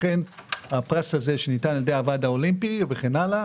לכן הפרס הזה שניתן על-ידי הוועד האולימפי וכן הלאה,